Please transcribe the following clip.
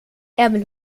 ärmel